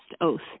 oath